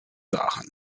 zagen